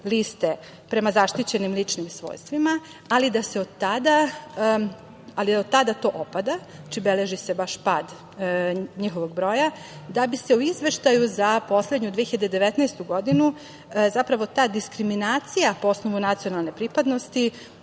liste, prema zaštićenim ličnim svojstvima, ali od tada opada, beleži se baš pad njihovog broja, da bi se u izveštaju za poslednju 2019. godinu zapravo o toj diskriminaciji po osnovu nacionalne pripadnosti